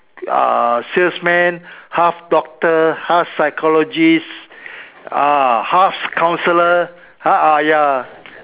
uh salesman half doctor half psychologist uh half counselor !huh! ah ya